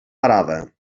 parada